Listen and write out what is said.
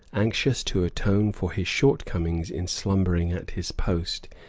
anxious to atone for his shortcomings in slumbering at his post,